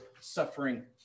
suffering